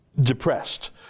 depressed